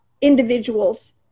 individuals